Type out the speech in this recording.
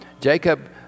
Jacob